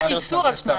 היה איסור על שניים.